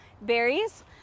berries